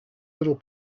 little